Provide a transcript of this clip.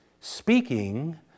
speaking